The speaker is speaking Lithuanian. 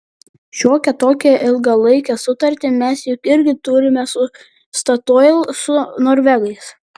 šiokią tokią ilgalaikę sutartį mes juk irgi turime su statoil su norvegais